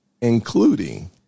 including